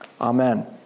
amen